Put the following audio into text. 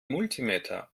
multimeter